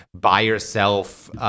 by-yourself